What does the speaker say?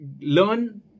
learn